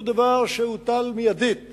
הוא דבר שהוטל מיידית